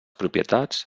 propietats